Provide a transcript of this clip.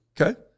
Okay